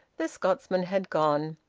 the scotsman had gone.